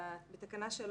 בתקנה 3